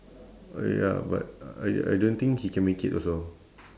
ya but I I don't think he can make it also